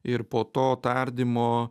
ir po to tardymo